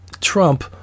Trump